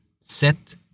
Set